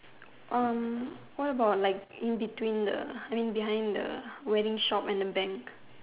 what about like in between the I mean behind the wedding shop and the bank